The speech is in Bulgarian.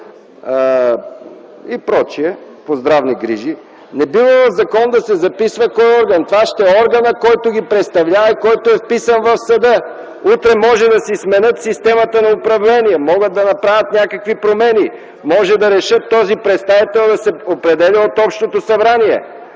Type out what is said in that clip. по здравни грижи и т.н. не бива в закон да се записва кой орган ще ги представлява. Това ще бъде органът, който ги представлява и който е вписан в съда. Утре може да си сменят системата на управление, могат да направят някакви промени, могат да решат този представител да се определя от общото събрание.